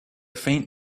faint